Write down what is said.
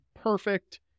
perfect